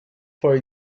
for